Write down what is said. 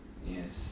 yes